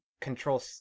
control